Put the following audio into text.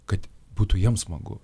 kad būtų jiems smagu